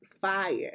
fire